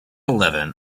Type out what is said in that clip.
eleven